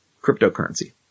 cryptocurrency